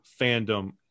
fandom